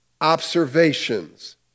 observations